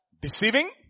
Deceiving